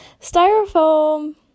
styrofoam